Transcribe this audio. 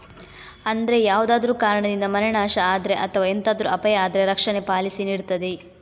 ಅಂದ್ರೆ ಯಾವ್ದಾದ್ರೂ ಕಾರಣದಿಂದ ಮನೆ ನಾಶ ಆದ್ರೆ ಅಥವಾ ಎಂತಾದ್ರೂ ಅಪಾಯ ಆದ್ರೆ ರಕ್ಷಣೆ ಪಾಲಿಸಿ ನೀಡ್ತದೆ